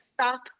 stop